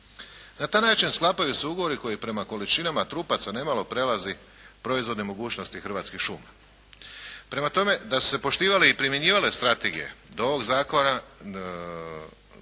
Na taj način sklapaju se ugovori koji prema količinama trupaca nemalo prelazi proizvodne mogućnosti Hrvatskih šuma. Prema tome, da su se poštivale i primjenjivale strategije do ovoga zakona,